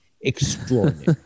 extraordinary